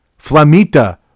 Flamita